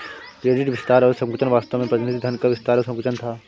credit विस्तार और संकुचन वास्तव में प्रतिनिधि धन का विस्तार और संकुचन था